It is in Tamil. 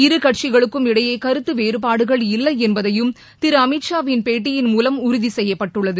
இரு கட்சிகளுக்கும் இடையே கருத்து வேறபாடுகள் இல்லை என்பதையும் திரு அமித்ஷாவின் பேட்டியின் மூலம் உறுதி செய்யப்பட்டுள்ளது